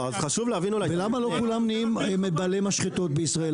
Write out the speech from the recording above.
ולמה לא כולם נהיים בעלי משחטות בישראל?